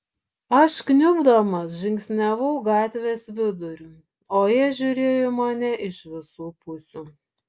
aš kniubdamas žingsniavau gatvės viduriu o jie žiūrėjo į mane iš visų pusių